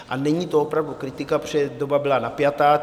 A není to opravdu kritika, protože doba byla napjatá.